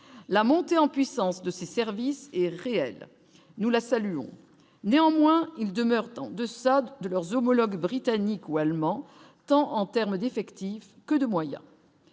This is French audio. la montée en puissance de ces services est réel, nous la saluons néanmoins ils demeurent en deçà de leurs homologues britanniques ou allemands, tant en terme d'effectifs que de moyens,